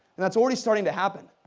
and that's already starting to happen.